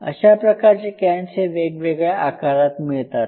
अशा प्रकारचे कॅन्स हे वेगवेगळ्या आकारात मिळतात